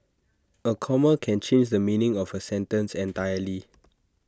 A comma can change the meaning of A sentence entirely